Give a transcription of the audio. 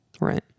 Right